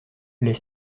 les